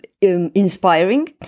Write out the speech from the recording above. inspiring